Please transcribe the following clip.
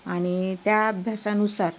आणि त्या अभ्यासनुसार